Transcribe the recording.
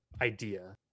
idea